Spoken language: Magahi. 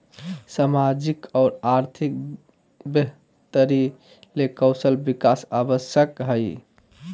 सामाजिक और आर्थिक बेहतरी ले कौशल विकास आवश्यक हइ